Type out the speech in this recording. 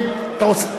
נמנעים,